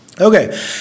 Okay